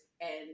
And-